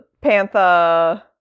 Panther